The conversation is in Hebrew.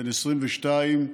בן 22,